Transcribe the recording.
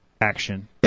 action